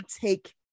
take